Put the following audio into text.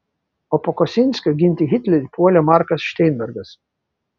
o po kosinskio ginti hitlerį puolė markas šteinbergas